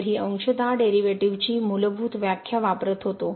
तर ही अंशतः डेरीवेटीवची मूलभूत व्याख्या वापरत होतो